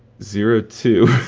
zero two